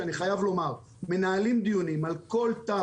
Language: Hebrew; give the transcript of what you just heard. שאני חייב לומר שהם מנהלים דיונים על כל תו